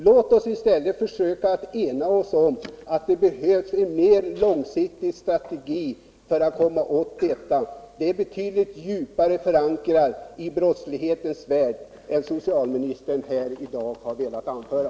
Låt oss i stället försöka ena oss om att det behövs en mera långsiktig strategi för att komma åt detta. Det finns betydligt djupare förankrat i brottslighetens värld än socialministern i dag velat anföra.